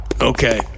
Okay